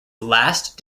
last